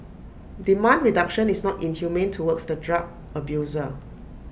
demand reduction is not inhumane towards the drug abuser